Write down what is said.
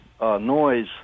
noise